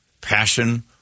passion